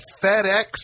FedEx